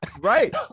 right